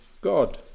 God